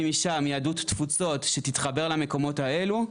משם יהדות תפוצות שתתחבר למקומות האלו,